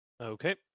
Okay